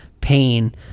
pain